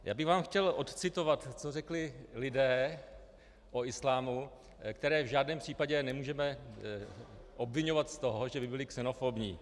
Já bych vám chtěl odcitovat, co řekli o islámu lidé, které v žádném případě nemůžeme obviňovat z toho, že by byli xenofobní.